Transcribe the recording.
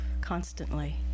constantly